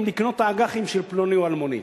לקנות את האג"חים של פלוני או אלמוני.